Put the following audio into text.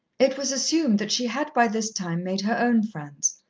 it was assumed that she had by this time made her own friends,